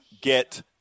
get